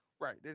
Right